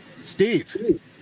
Steve